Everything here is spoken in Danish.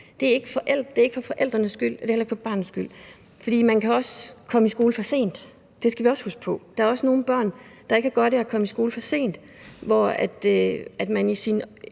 det er ikke for forældrenes skyld. Men det er heller ikke for barnets skyld forstået på den måde, at man også kan komme i skole for sent – det skal vi også huske på. Der er også nogle børn, der ikke har godt af at komme i skole for sent, hvor man i sin